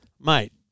Mate